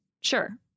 Sure